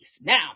Now